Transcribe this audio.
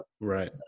right